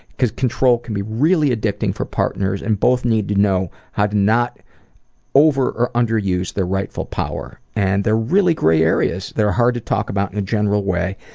because control can be really addicting for partners and both need to know how to not over or under-use their rightful power. and they're really gray areas that are hard to talk about in a general way,